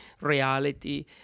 reality